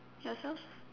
yourself